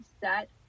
set